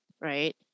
right